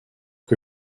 que